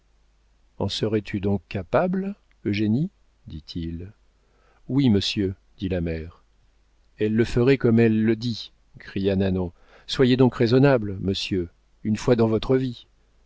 en serais-tu donc capable eugénie dit-il oui monsieur dit la mère elle le ferait comme elle le dit cria nanon soyez donc raisonnable monsieur une fois dans votre vie